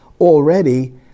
already